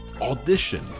audition